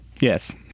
Yes